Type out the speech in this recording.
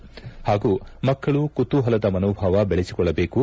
ಪಾಗೂ ಮಕ್ಕಳು ಕುತೂಪಲದ ಮನೋಭಾವ ಬೆಳೆಸಿಕೊಳ್ಳಬೇಕು